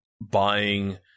buying